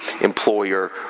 employer